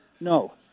No